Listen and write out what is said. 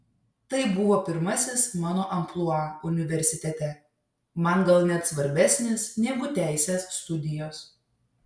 tai buvo pirmasis mano amplua universitete man gal net svarbesnis negu teisės studijos